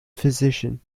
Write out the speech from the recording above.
physician